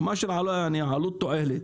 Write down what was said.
כלומר עלות תועלת,